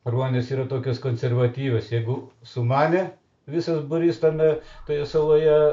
ruonės yra tokios konservatyvios jeigu sumanė visas būrys tame toje saloje